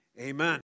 Amen